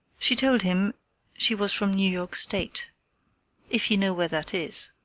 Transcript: she told him she was from new york state if you know where that is.